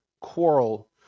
quarrel